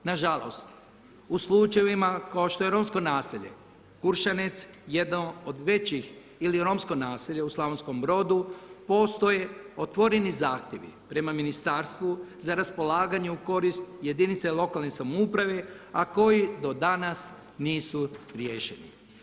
Nažalost, u slučajevima kao što je romsko naselje Kuršanec, jedno od već ili romsko naselje u Slavonskom Brodu, postoje otvoreni zahtjevi prema ministarstvu za raspolaganje u korist jedinice lokalne samouprave a koji do danas nisu riješeni.